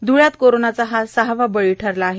ध्ळ्यात कोरोनाचा सहावा बळी ठरला आहे